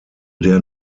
der